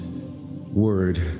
Word